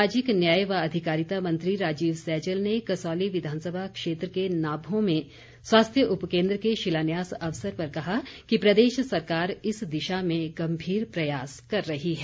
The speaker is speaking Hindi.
सामाजिक न्याय व अधिकारिता मंत्री राजीव सैजल ने कसौली विधानसभा क्षेत्र के नाभों में स्वास्थ्य उपकेन्द्र के शिलान्यास अवसर पर कहा कि प्रदेश सरकार इस दिशा में गम्भीर प्रयास कर रही है